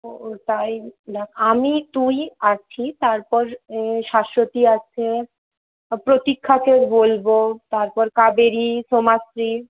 ও তাই না আমি তুই আছি তারপর শাশ্বতী আছে প্রতীক্ষাকেও বলবো তারপর কাবেরী সোমাশ্রী